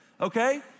Okay